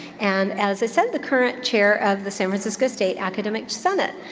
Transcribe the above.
and as i said, the current chair of the san francisco state academic senate.